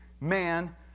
man